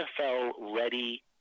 NFL-ready